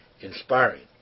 inspiring